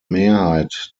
mehrheit